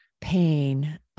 pain